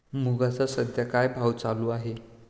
मुगाचा सध्या काय भाव चालू आहे?